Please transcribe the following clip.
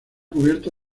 cubierto